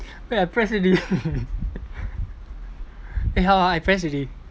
wait I press already eh how ah I press already